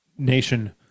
nation